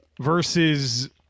versus